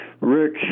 Rick